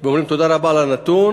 אומרים: תודה רבה על הנתון,